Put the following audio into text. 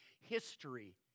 history